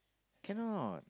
cannot